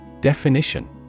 Definition